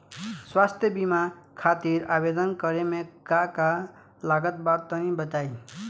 स्वास्थ्य बीमा खातिर आवेदन करे मे का का लागत बा तनि बताई?